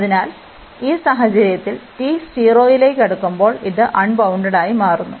അതിനാൽ ഈ സാഹചര്യത്തിൽ t 0 ലേക്ക് അടുക്കുമ്പോൾ ഇത് അൺബൌണ്ടഡ്ഡായി മാറുന്നു